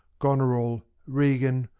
goneril, regan,